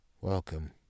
Welcome